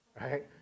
right